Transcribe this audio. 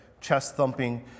chest-thumping